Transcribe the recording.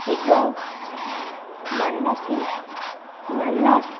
Shiva Manasi Manas